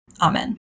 Amen